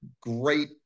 great